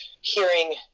hearing